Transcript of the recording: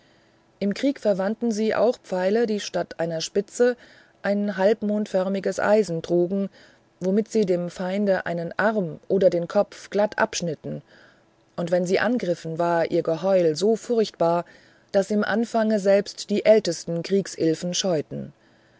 im krieg verwandten sie auch pfeile die statt einer spitze ein halbmondförmiges eisen trugen womit sie dem feinde einen arm oder den kopf glatt abschnitten und wenn sie angriffen war ihr geheul so furchtbar daß im anfange selbst die ältesten kriegsilfen scheuten